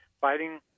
fighting